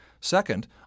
Second